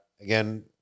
again